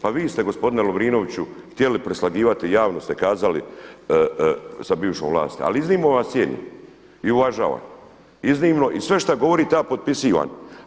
Pa vi ste gospodine Lovrinoviću htjeli preslagivati i javno ste kazali sa bivšom vlasti, ali iznimno vas cijenim i uvažavam iznimno i sve što govorite ja potpisivam.